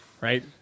right